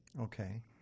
Okay